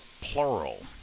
plural